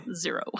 Zero